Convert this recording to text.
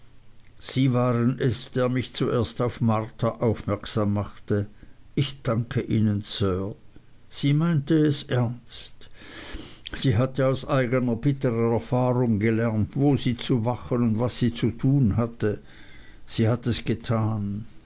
sie waren es der mich zuerst auf marta aufmerksam machte ich danke ihnen sir sie meinte es ernst sie hatte aus eigner bittrer erfahrung gelernt wo sie zu wachen und was sie zu tun hatte sie hat es getan